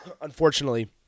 unfortunately